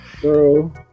bro